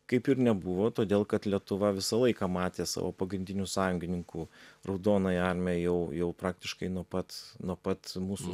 kaip ir nebuvo todėl kad lietuva visą laiką matė savo pagrindiniu sąjungininku raudonąją armiją jau jau praktiškai nuo pat nuo pat mūsų